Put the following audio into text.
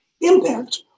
impact